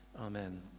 amen